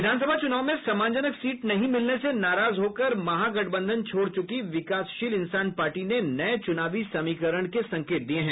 विधानसभा चुनाव में सम्मानजनक सीट नहीं मिलने से नाराज होकर महागठबंधन छोड़ चुकी विकासशील इंसान पार्टी ने नये चुनावी समीकरण के संकेत दिये हैं